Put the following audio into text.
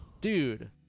dude